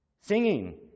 Singing